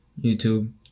YouTube